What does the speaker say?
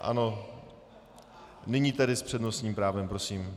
Ano, nyní tedy s přednostním právem, prosím.